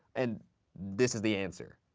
and this is the answer.